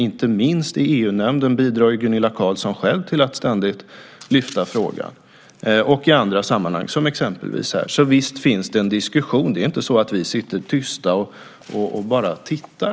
Inte minst i EU-nämnden bidrar Gunilla Carlsson själv till att ständigt lyfta fram frågan och även i andra sammanhang, exempelvis här. Visst finns det en diskussion. Det är inte så att vi sitter tysta och bara tittar.